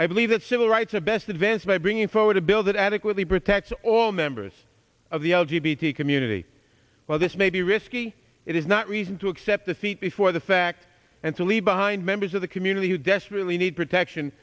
i believe that civil rights are best advance by bringing forward a bill that adequately protect all members of the l g b the community while this may be risky it is not reason to accept the seat before the fact and to leave behind members of the community who desperately need protection